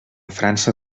frança